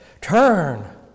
Turn